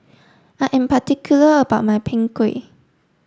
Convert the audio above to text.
I am particular about my Png Kueh